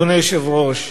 אדוני היושב-ראש,